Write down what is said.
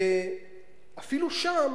ואפילו שם,